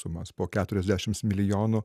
sumas po keturiasdešims milijonų